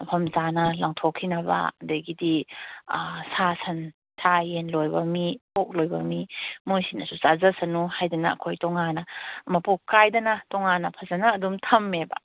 ꯃꯐꯝ ꯆꯥꯅ ꯂꯪꯊꯣꯛꯈꯤꯅꯕ ꯑꯗꯒꯤꯗꯤ ꯁꯥ ꯁꯟ ꯁꯥ ꯌꯦꯟ ꯂꯣꯏꯕ ꯃꯤ ꯑꯣꯛ ꯂꯣꯏꯕ ꯃꯤ ꯃꯈꯣꯏꯁꯤꯅꯁꯨ ꯆꯥꯖꯁꯅꯨ ꯍꯥꯏꯗꯅ ꯑꯩꯈꯣꯏ ꯇꯣꯉꯥꯟꯅ ꯃꯄꯣꯞ ꯀꯥꯏꯗꯅ ꯇꯣꯉꯥꯟꯅ ꯐꯖꯅ ꯑꯗꯨꯝ ꯊꯝꯃꯦꯕ